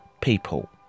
people